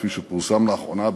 כפי שפורסם לאחרונה,